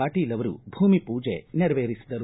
ಪಾಟೀಲ ಅವರು ಭೂಮಿ ಮೂಜೆ ನೆರವೇರಿಸಿದರು